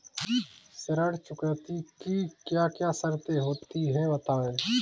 ऋण चुकौती की क्या क्या शर्तें होती हैं बताएँ?